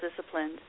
disciplined